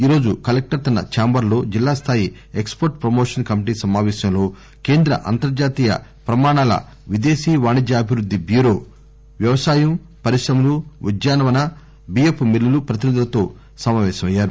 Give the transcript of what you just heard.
ఈరోజు కలెక్టర్ తన చాంబర్ లో జిల్లా స్థాయి ఎక్స్ పోర్ట్ ప్రమోషన్ కమిటీ సమాపేశంలో కేంద్ర అంతర్జాతీయ ప్రామాణాల విదేశా వాణిజ్య అభివృద్ది బ్యూరో పరిశ్రమలు ఉద్యానవన బియ్యపు బిల్లుల ప్రతినిధులతో ఆయన సమాపేశమయ్యారు